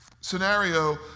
scenario